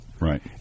Right